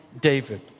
David